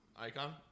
Icon